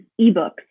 ebooks